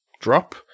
drop